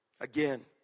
Again